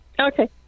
Okay